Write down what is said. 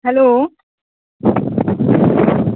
hello